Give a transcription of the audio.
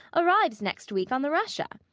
arrives next week on the russia.